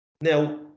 now